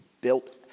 built